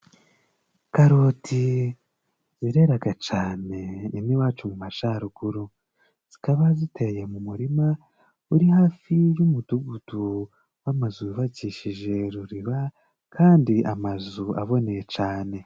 Karoti zireraga cane ino iwacu mu majaruguru， zikaba ziteye mu murima，uri hafi y'umudugudu w'amazu yubakishije ruriba，kandi amazu aboneye cane.